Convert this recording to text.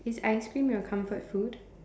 is ice cream your comfort food